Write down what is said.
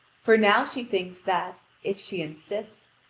for now she thinks that, if she insists,